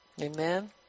Amen